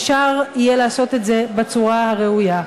אפשר יהיה לעשות את זה בצורה הראויה.